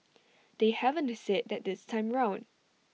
they haven't said that this time round